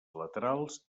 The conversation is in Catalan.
laterals